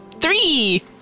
Three